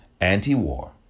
Anti-war